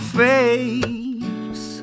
face